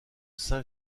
saint